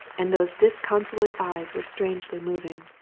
and those disconsolate eyes were strangely moving.